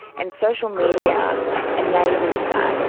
and social media enables that.